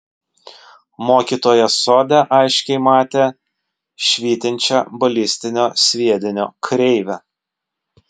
mokytojas sode aiškiai matė švytinčią balistinio sviedinio kreivę